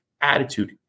attitude